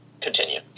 continue